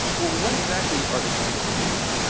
well what exactly are they going to do?